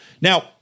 Now